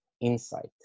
insight